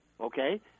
Okay